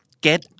Get